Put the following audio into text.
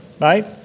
right